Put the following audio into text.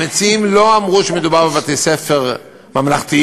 המציעים לא אמרו שמדובר בבתי-ספר ממלכתיים,